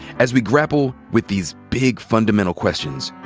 as we grapple with these big, fundamental questions,